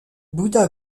bouddha